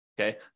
okay